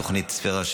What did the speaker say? תוכנית ספירה,